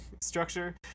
structure